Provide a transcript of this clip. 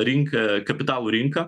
rinką kapitalų rinką